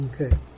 Okay